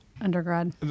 undergrad